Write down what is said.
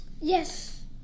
Yes